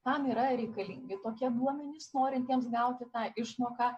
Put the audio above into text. kam yra reikalingi tokie duomenys norintiems gauti tą išmoką